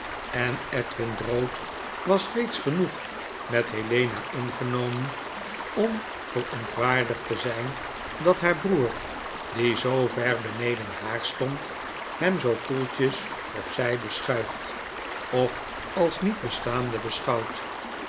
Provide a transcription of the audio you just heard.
en edwin drood was reeds genoeg met helena ingenomen om verontwaardigd te zijn dat haar broeder die zoo ver beneden haar stond hem zoo koeltjes op zyde schuift of als niet bestaande beschouwt